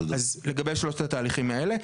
אז לגבי שלושת התהליכים האלה.